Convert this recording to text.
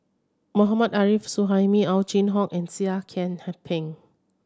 Mohammad Arif Suhaimi Ow Chin Hock and Seah Kian Peng